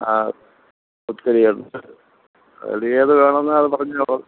ആ പച്ചരിയുണ്ട് അതിലേത് വേണമെന്ന് അത് പറഞ്ഞോളൂ